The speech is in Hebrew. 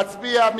להצביע.